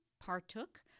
partook